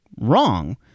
wrong